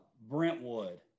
Brentwood